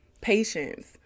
Patience